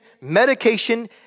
medication